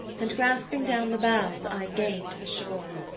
and grasping down the boughs i gained the shore.